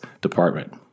department